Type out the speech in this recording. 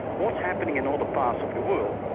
what's happening in other parts of the world,